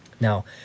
Now